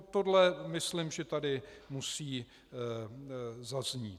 Tohle myslím, že tady musí zaznít.